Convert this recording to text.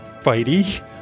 fighty